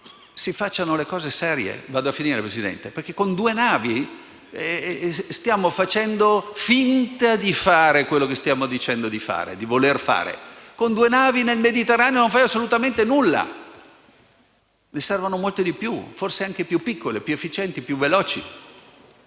si facciano le cose in maniera seria, perché con due navi stiamo facendo finta di fare quello che diciamo di voler fare. Con due navi nel Mediterraneo non si fa assolutamente nulla; ne servono molte di più, forse anche più piccole, più efficienti, più veloci.